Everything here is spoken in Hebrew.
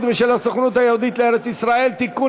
ושל הסוכנות היהודית לארץ-ישראל (תיקון,